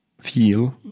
feel